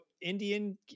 Indian